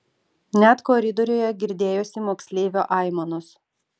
net koridoriuje girdėjosi moksleivio aimanos